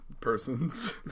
person's